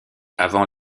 avant